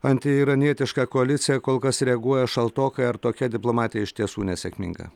antiiranietišką koaliciją kol kas reaguoja šaltokai ar tokia diplomatija iš tiesų nesėkminga